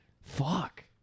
Fuck